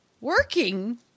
working